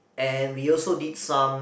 and we also did some